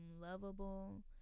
lovable